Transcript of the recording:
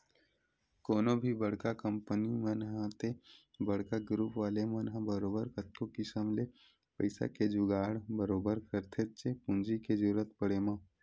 कोनो भी बड़का कंपनी मन ह ते बड़का गुरूप वाले मन ह बरोबर कतको किसम ले पइसा के जुगाड़ बरोबर करथेच्चे पूंजी के जरुरत पड़े म